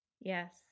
Yes